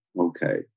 Okay